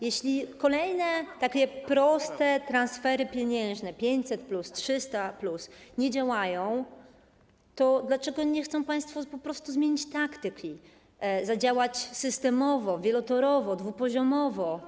Jeśli kolejne takie proste transfery pieniężne 500+, 300+ nie działają, to dlaczego nie chcą państwo po prostu zmienić taktyki, zadziałać systemowo, wielotorowo, dwupoziomowo?